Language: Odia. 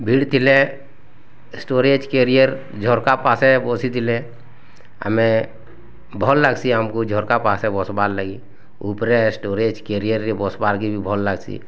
ଭିଡ଼ ଥିଲେ ଷ୍ଟୋରେଜ୍ କେରିଅର ଝରକା ପାସେ ବସିଥିଲେ ଆମେ ଭଲ ଲାଗ୍ସି ଆମ୍କୁ ଝରକା ପାସେ ବସବାର୍ ଲାଗି ଉପରେ ଷ୍ଟୋରେଜ୍ କେରିଅରରେ ବସ୍ବାର କି ଭଲ୍ ଲାଗ୍ଛି